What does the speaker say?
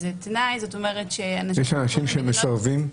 יש אנשים שמסרבים?